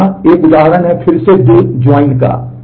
तो यहाँ एक उदाहरण है फिर से दो ज्वाइन का